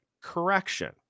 Correction